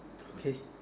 okay